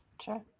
Sure